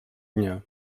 дня